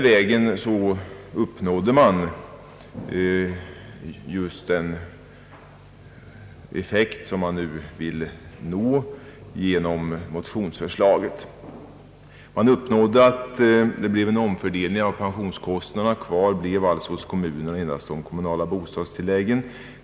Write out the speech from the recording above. Härigenom uppnåddes just den effekt som motionsförslaget nu vill åstadkomma. Man uppnådde alltså en omfördelning av pensionskostnaderna. Kvar hos kommunerna blev endast de kommunala bostadstilläggen.